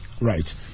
Right